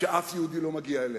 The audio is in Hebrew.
שאף יהודי לא מגיע אליהן,